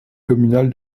communale